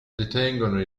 detengono